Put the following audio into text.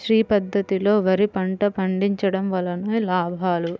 శ్రీ పద్ధతిలో వరి పంట పండించడం వలన లాభాలు?